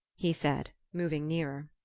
he said, moving nearer.